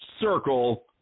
circle